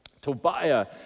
Tobiah